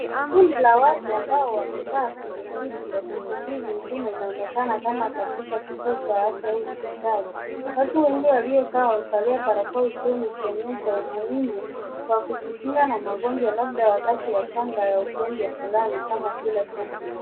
Kundi la watu ambao wamekaa kwenye kiti wakisubiri huduma inayoonekana kama katika kituo cha afya au hospitali. Watu wengi waliokaa wamevalia barakoa usoni ikionyesha umuhimu wa kujikinga na magonjwa labda wakati wa janga ya ugonjwa fulani kama vile covid.